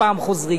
מה שאני מציע,